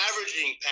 averaging